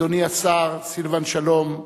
אדוני השר סילבן שלום,